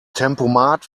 tempomat